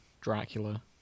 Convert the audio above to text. dracula